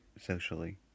socially